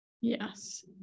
Yes